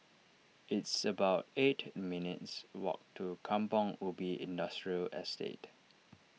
it's about eight minutes' walk to Kampong Ubi Industrial Estate